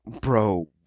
bro